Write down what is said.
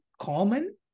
common